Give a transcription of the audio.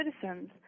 citizens